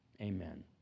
amen